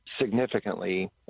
significantly